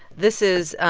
this is